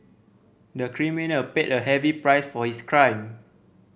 the criminal paid a heavy price for his crime